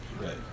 Right